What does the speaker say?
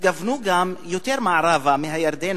התכוונו גם יותר מערבה מהירדן,